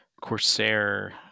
corsair